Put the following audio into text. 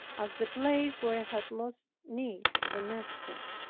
as the place where i had most need of an escort.